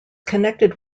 connected